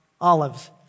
Olives